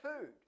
food